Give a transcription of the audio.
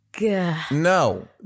No